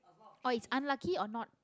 orh is unlucky or not